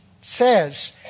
says